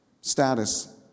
status